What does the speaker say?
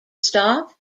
stop